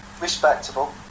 respectable